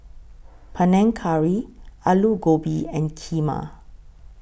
Panang Curry Alu Gobi and Kheema